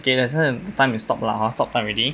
okay let's say the time is stop ah stop time already